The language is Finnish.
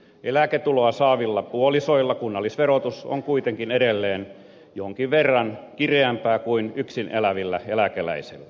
eläketuloa saavilla puolisoilla kunnallisverotus on kuitenkin edelleen jonkin verran kireämpää kuin yksin elävillä eläkeläisillä